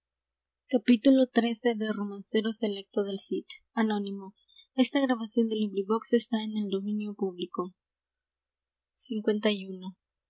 poema del cid fué publicado en el